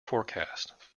forecast